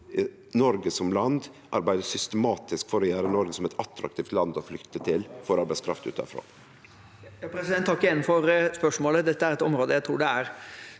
Noreg som land kan arbeide systematisk for å gjere landet til eit attraktivt land å flytte til for arbeidskraft utanfrå?